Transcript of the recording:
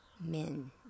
men